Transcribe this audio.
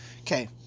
Okay